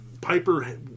Piper